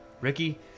Ricky